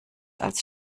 als